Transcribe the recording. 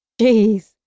Jeez